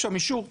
אישור שבשתיקה,